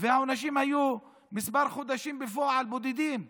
העונשים היו חודשים בודדים בפועל,